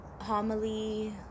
homily